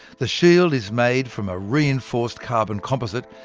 the shield is made from a reinforced carbon composite,